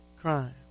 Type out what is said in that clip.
crime